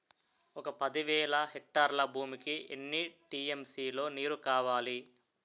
ఒక పది వేల హెక్టార్ల భూమికి ఎన్ని టీ.ఎం.సీ లో నీరు కావాలి?